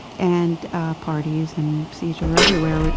and parties, and see each other everywhere.